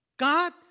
God